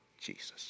Jesus